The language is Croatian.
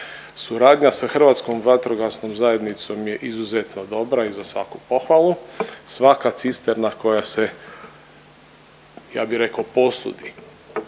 Suradnja s Hrvatskom vatrogasnom zajednicom je izuzetno dobra i za svaku pohvalu. Svaka cisterna koja se ja bi rekao posudi,